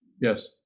Yes